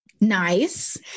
nice